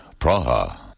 Praha